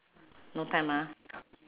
no time ah